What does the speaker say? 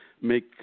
make